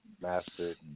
mastered